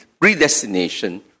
predestination